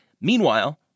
Meanwhile